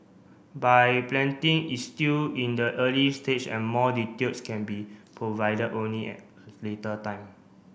buy planting is still in the early stage and more details can be provided only at a later time